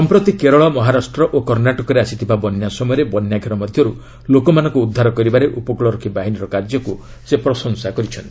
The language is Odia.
ସମ୍ପ୍ରତି କେରଳ ମହାରାଷ୍ଟ୍ର ଓ କର୍ଷ୍ଣାଟକରେ ଆସିଥିବା ବନ୍ୟା ସମୟରେ ବନ୍ୟାଘେର ମଧ୍ୟରୁ ଲୋକମାନଙ୍କୁ ଉଦ୍ଧାର କରିବାରେ ଉପକଳ ରକ୍ଷୀ ବାହିନୀର କାର୍ଯ୍ୟକୁ ସେ ପ୍ରଶଂସା କରିଛନ୍ତି